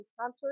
concert